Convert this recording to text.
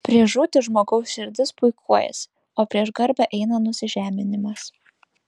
prieš žūtį žmogaus širdis puikuojasi o prieš garbę eina nusižeminimas